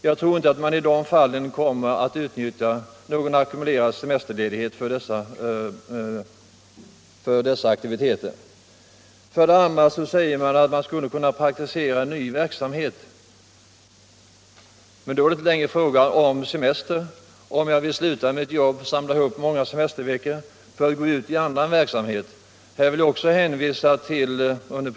Jag tror därför inte att man kommer att utnyttja någon ackumulerad semesterledighet för sådana aktiviteter. En andra motivering är att man skulle kunna praktisera en ny verksamhet. Om jag vill samla ihop många semesterveckor och sluta mitt jobb för att gå ut i annan verksamhet är det ju inte längre fråga om semester.